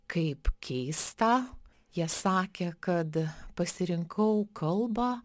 kaip keistą jie sakė kad pasirinkau kalbą